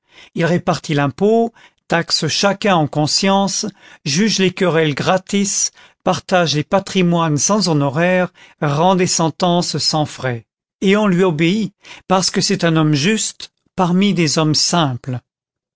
il répartit l'impôt taxe chacun en conscience juge les querelles gratis partage les patrimoines sans honoraires rend des sentences sans frais et on lui obéit parce que c'est un homme juste parmi des hommes simples